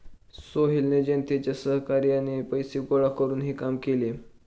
सोहेलने जनतेच्या सहकार्याने पैसे गोळा करून हे काम केले